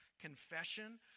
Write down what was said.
confession